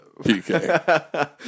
PK